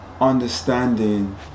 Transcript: understanding